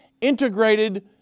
integrated